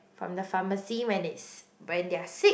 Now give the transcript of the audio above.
from the pharmacy when it's when they're sick